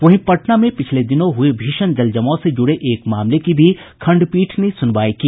वहीं पटना में पिछले दिनों हुये भीषण जल जमाव से जुड़े एक मामले की भी खंडपीठ ने सुनवाई की